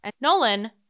Nolan